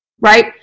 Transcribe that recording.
right